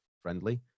friendly